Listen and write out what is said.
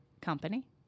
company